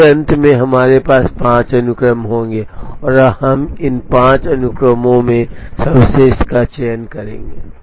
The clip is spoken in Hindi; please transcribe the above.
इसलिए अंत में हमारे पास पाँच अनुक्रम होंगे और हम इन पाँच अनुक्रमों में से सर्वश्रेष्ठ का चयन करेंगे